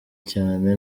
cyane